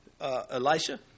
Elisha